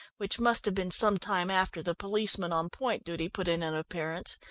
which must have been some time after the policeman on point duty put in an appearance,